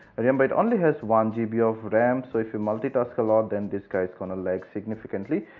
remember it only has one gb yeah of ram. so if you multitask a lot then this guy is gonna lag significantly.